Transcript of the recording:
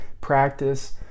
practice